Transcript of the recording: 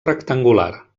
rectangular